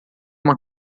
uma